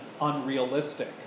unrealistic